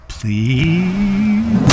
Please